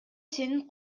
сенин